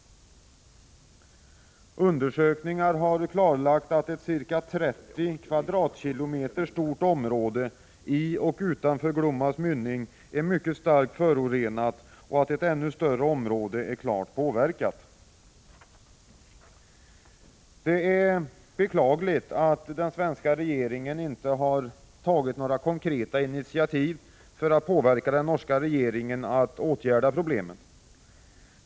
Undersökningar har klarlagt att ett ca 30 kvadratkilometer stort område i och utanför Glommas mynning är mycket starkt förorenat och att ett ännu större område är klart påverkat. Det är beklagligt att den svenska regeringen inte har tagit några konkreta initiativ för att påverka den norska regeringen att åtgärda problemen.